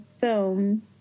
film